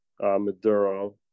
Maduro